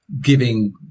giving